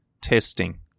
testing